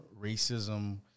racism